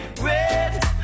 Red